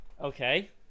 Okay